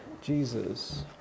Jesus